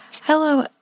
hello